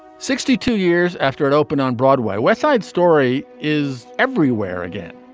sixty two years after it opened on broadway west side story is everywhere again.